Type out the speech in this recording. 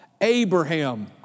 Abraham